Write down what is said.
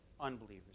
unbelievers